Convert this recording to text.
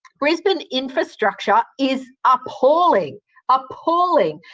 brisbane infrastructure is appalling appalling.